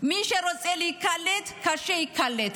מי שרוצה להיקלט, ייקלט.